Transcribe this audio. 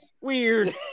Weird